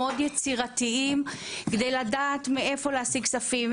מאוד יצירתיים כדי לדעת מאיפה להשיג כספים,